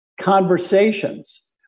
conversations